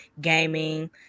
gaming